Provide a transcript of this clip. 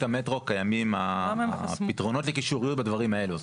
המטרו קיימים הפתרונות לקישוריות בדברים האלה,